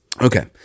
Okay